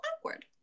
awkward